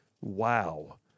Wow